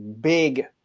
big